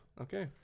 Okay